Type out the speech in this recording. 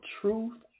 truth